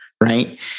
right